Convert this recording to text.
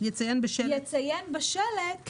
יציין בשלט.